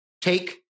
Take